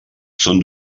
són